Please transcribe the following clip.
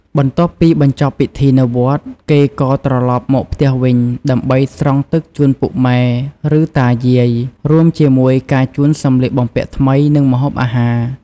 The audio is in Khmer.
បន្ទាប់ពីបញ្ចប់ពិធីនៅវត្ត គេក៏ត្រឡប់មកផ្ទះវិញ ដើម្បី ស្រង់ទឹកជូនពុកម៉ែ ឬ តាយាយ រួមជាមួយការជូនសំលៀកបំពាក់ថ្មី និងម្ហូបអាហារ។